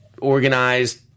organized